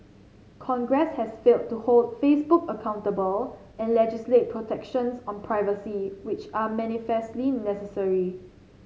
congress has failed to hold Facebook accountable and legislate protections on privacy which are manifestly necessary